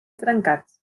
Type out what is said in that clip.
trencats